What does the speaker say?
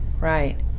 right